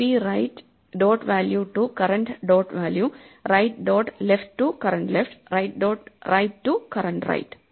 copy right dot value to current dot value right dot left to current left right dot right to current right